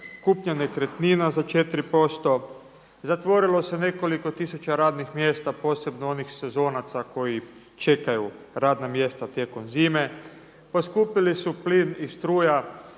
kupnja nekretnina za 4%, zatvorilo se nekoliko tisuća radnih mjesta, posebno onih sezonaca koji čekaju radna mjesta tijekom zime, poskupili su plin i struja